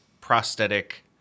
prosthetic